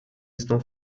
estão